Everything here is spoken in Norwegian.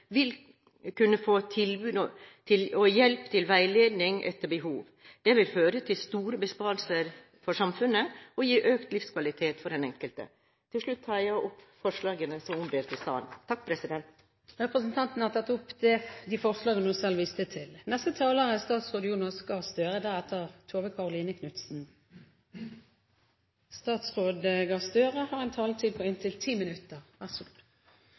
vil kunne få tilbud og hjelp til veiledning etter behov. Det vil føre til store besparelser for samfunnet og gi økt livskvalitet for den enkelte. Til slutt tar jeg opp Venstres forslag som er omdelt i salen. Representanten har tatt opp de forslagene hun viste til. En av mine viktigste ambisjoner som helse- og omsorgsminister er å sette folkehelsepolitikken høyt på dagsordenen. Det er mange grunner til det. Jeg synes komiteens leder ga én god